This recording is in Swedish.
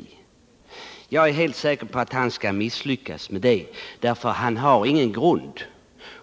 Men jag är helt säker på att han skall misslyckas med det, för han har ingen grund för sina påståenden,